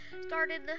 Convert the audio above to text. started